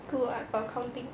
so like accounting